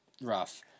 rough